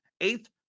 eighth